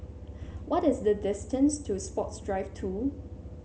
what is the distance to Sports Drive Two